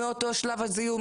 מאותו שלב הזיהוי,